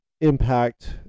impact